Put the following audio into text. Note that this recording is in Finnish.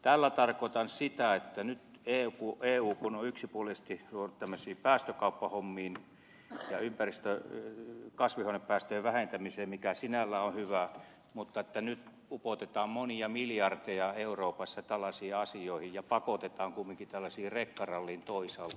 tällä tarkoitan sitä että kun nyt eu on yksipuolisesti ruvennut tämmöisiin päästökauppahommiin ja kasvihuonepäästöjen vähentämiseen mikä sinällään on hyvä niin nyt upotetaan monia miljardeja euroopassa tällaisiin asioihin ja pakotetaan kumminkin tällaisiin rekkaralleihin toisaalta